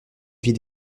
vies